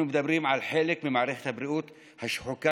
אנחנו מדברים על חלק ממערכת הבריאות השחוקה,